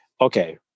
Okay